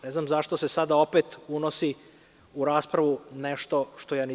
Ne znam zašto se sada opet unosi u raspravu nešto što nisam rekao.